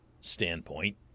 standpoint